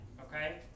okay